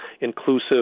inclusive